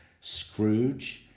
Scrooge